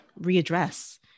readdress